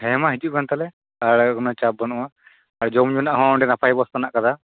ᱦᱮᱸ ᱢᱟ ᱦᱤᱡᱩᱜ ᱵᱮᱱ ᱛᱟᱦᱚᱞᱮ ᱟᱨ ᱚᱱᱟᱪᱟᱯ ᱵᱟ ᱱᱩᱜᱼᱟ ᱟᱨ ᱡᱚᱢᱼᱧᱩ ᱨᱮᱱᱟᱜᱼᱦᱚᱸ ᱚᱸᱰᱮ ᱱᱟᱯᱟᱭ ᱵᱮᱵᱚᱛᱷᱟ ᱢᱮᱱᱟᱜ ᱟᱠᱟᱫᱟ